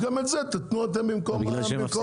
גם את זה תיתנו אתם במקום הציבור.